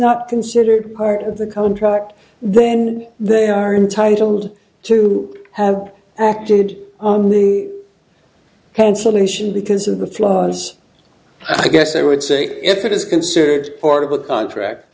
not considered part of the contract then they are entitled to have acted on the cancellation because of the flaws i guess i would say if it is conserved part of a contract